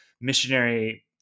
missionary